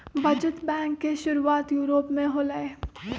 बचत बैंक के शुरुआत यूरोप में होलय